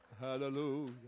Hallelujah